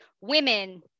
women